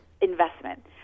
investment